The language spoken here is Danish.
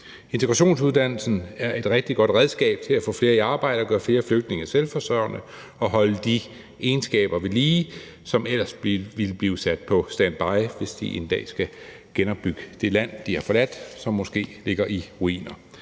Integrationsgrunduddannelsen er et rigtig godt redskab til at få flere i arbejde og gøre flere flygtninge selvforsørgende og holde de egenskaber ved lige, som ellers ville blive sat på standby, hvis de en dag skal genopbygge det land, de har forladt, og som måske ligger i ruiner.